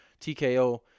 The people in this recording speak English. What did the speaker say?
TKO